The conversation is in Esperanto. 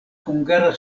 hungara